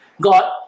God